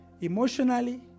emotionally